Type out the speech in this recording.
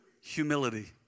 Humility